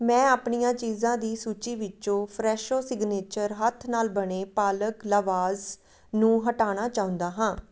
ਮੈਂ ਆਪਣੀਆਂ ਚੀਜ਼ਾਂ ਦੀ ਸੂਚੀ ਵਿੱਚੋਂ ਫਰੈਸ਼ੋ ਸਿਗਨੇਚਰ ਹੱਥ ਨਾਲ ਬਣੇ ਪਾਲਕ ਲਾਵਾਸ ਨੂੰ ਹਟਾਉਣਾ ਚਾਹੁੰਦਾ ਹਾਂ